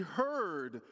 heard